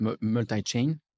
multi-chain